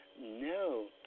No